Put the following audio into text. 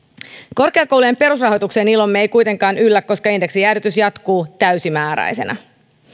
korkeakoulujen perusrahoitukseen ilomme ei kuitenkaan yllä koska indeksijäädytys jatkuu täysimääräisenä